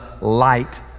light